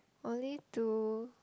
only two